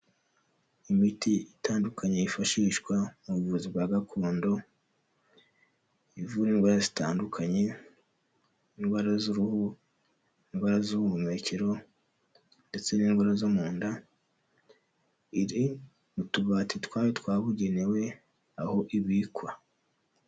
Imiti itandukanye yifashishwa mu buvuzi bwa gakondo ivura indwara zitandukanye, indwara z'uruhu indwara z'ubuhumekero ndetse n'indwara zo mu nda, iri mu tubati twayo twabugenewe aho ibikwa.